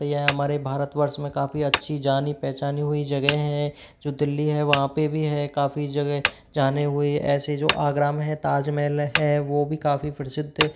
यह हमारे भारतवर्ष में काफ़ी अच्छी जानी पहचानी हुई जगह हैं जो दिल्ली है वहाँ पे भी है काफ़ी जगह जाने हुए ऐसे जो आगरा में है ताज महल है वो भी काफ़ी प्रसिद्ध